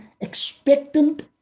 expectant